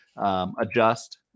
Adjust